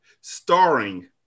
starring